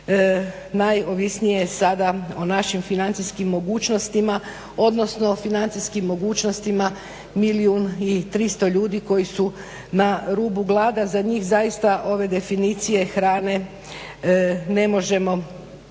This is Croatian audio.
najovisnije sada o našim financijskim mogućnostima odnosno o financijskim mogućnostima milijun i 300 ljudi koji su na rubu gladi. Za njih zaista ove definicije hrane ne možemo prilagoditi